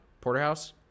Porterhouse